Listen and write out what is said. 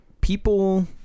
people